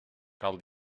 cal